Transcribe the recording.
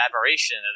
Admiration